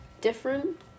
different